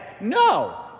No